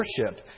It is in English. worship